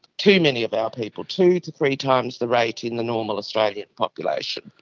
too many of our people, two to three times the rate in the normal australian population.